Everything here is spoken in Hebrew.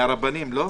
מהרבנים לא?